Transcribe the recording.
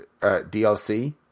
DLC